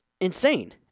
insane